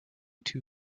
too